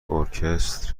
ارکستر